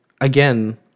again